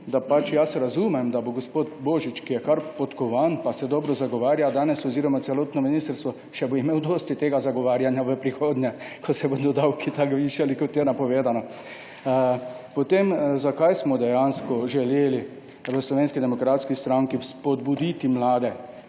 da jaz razumem, da bo gospod Božič, ki je kar podkovan pa dobro zagovarja celotno ministrstvo in bo imel še dosti tega zagovarjanja v prihodnje, ko se bodo davki tako višali, kot je napovedano. Zakaj smo dejansko želeli v Slovenski demokratski stranki spodbuditi mlade